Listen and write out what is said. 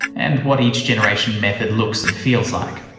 and what each generation method looks and feels like.